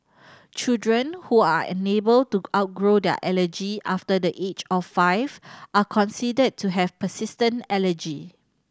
children who are unable to outgrow their allergy after the age of five are considered to have persistent allergy